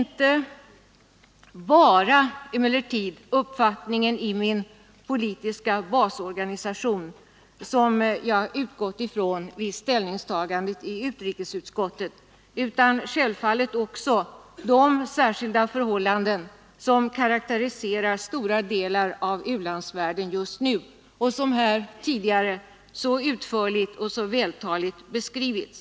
Det var emellertid inte bara uppfattningen i min politiska basorganisation som jag utgick från vid ställningstagandet i utrikesutskottet utan självfallet också de särskilda förhållanden som karakteriserar stora delar av u-landsvärlden just nu och som tidigare här så utförligt och så vältaligt har beskrivits.